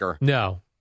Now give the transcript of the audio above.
No